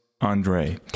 Andre